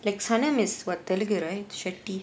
like sanam is what telugu right shetty